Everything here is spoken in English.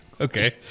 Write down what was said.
okay